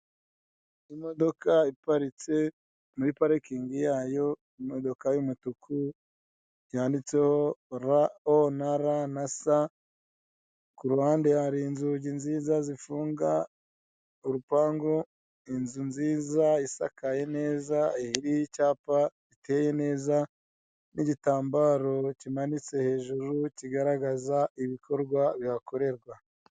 Aha ni ahantu hakorera kompanyi icuruza imodoka. Abashaka imodoka bose barayigana.